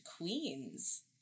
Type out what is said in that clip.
Queens